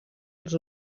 els